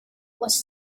was